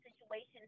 situations